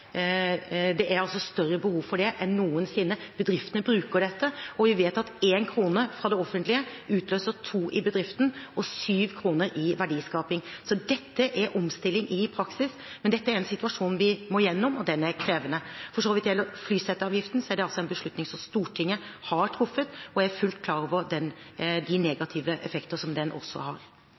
det er altså større behov for det enn noensinne. Bedriftene bruker dette, og vi vet at én krone fra det offentlige utløser to kroner i bedriften og syv kroner i verdiskaping. Så dette er omstilling i praksis, men dette er en situasjon vi må gjennom, og den er krevende. Når det gjelder flyseteavgiften, er det altså en beslutning som Stortinget har truffet, og jeg er fullt klar over de negative effekter som den også har.